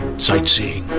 sight seeing